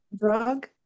drug